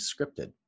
scripted